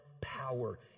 power